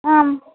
ஆம்